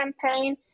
campaign